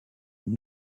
une